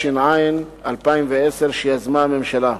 התש"ע 2010, שיזמה הממשלה.